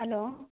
hello